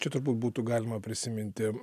čia turbūt būtų galima prisiminti